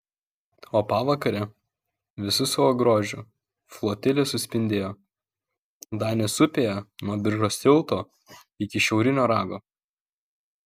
o pavakare visu savo grožiu flotilė suspindėjo danės upėje nuo biržos tilto iki šiaurinio rago